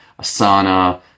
Asana